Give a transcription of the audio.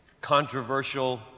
controversial